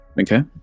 Okay